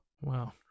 Wow